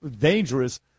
dangerous